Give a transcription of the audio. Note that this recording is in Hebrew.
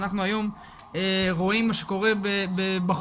אנחנו היום רואים מה שקורה בחוץ,